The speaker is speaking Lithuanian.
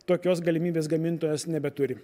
tokios galimybės gamintojas nebeturi